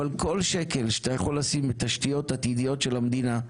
אבל כל שקל שאתה יכול לשים בתשתיות עתידיות של המדינה,